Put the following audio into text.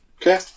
Okay